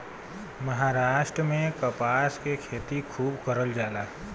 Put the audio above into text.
महाराष्ट्र में कपास के खेती खूब करल जाला